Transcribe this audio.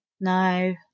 No